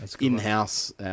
in-house